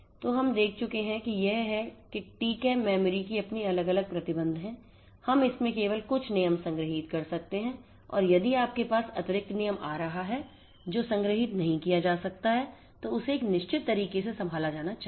तो हम देख चुके हैं वह यह है कि TCAM मेमोरी की अपनी अलग अलग प्रतिबंध हैं हम इसमें केवल कुछ नियम संग्रहीत कर सकते हैं और यदि आपके पास एक अतिरिक्त नियम आ रहा है जोकि संग्रहीत नहीं किया जा सकता है तो इसे एक निश्चित तरीके से संभाला जाना चाहिए